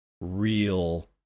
real